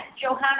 Johanna